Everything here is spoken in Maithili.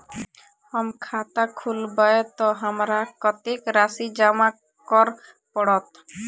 हम खाता खोलेबै तऽ हमरा कत्तेक राशि जमा करऽ पड़त?